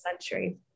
century